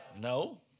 No